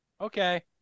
Okay